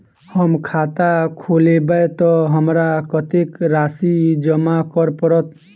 हम खाता खोलेबै तऽ हमरा कत्तेक राशि जमा करऽ पड़त?